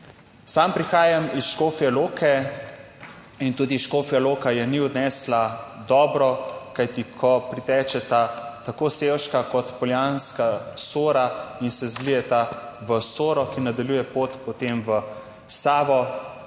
Sam prihajam iz Škofje Loke. In tudi Škofja Loka je ni odnesla dobro. Kajti, ko pritečeta tako Sevška kot Poljanska Sora in se zlijeta v Soro, ki nadaljuje pot, potem v Savo,